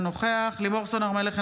אינו נוכח לימור סון הר מלך,